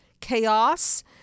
chaos